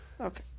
Okay